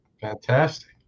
fantastic